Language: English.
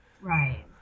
right